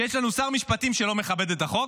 שיש לנו שר משפטים שלא מכבד את החוק,